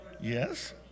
Yes